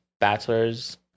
bachelor's